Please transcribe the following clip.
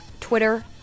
Twitter